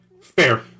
fair